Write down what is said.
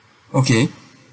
okay